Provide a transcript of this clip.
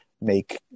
make